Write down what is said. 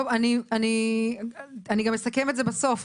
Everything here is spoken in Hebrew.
אני גם אסכם את זה בסוף,